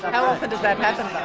how often does that happen though?